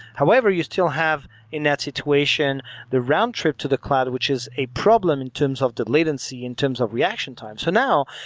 however, you still have in that situation the round-trip to the cloud which is a problem in terms of the latency, in terms of reaction times. now,